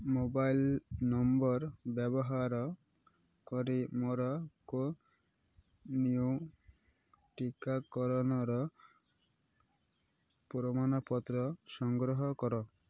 mobile number ବ୍ୟବହାର କରି ମୋର ନ୍ୟୁ ଟିକାକରଣର ପ୍ରମାଣପତ୍ର ସଂଗ୍ରହ କର